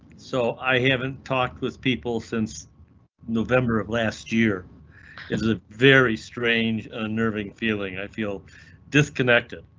so i haven't talked with people since november of last year is a very strange, unnerving feeling. i feel disconnected,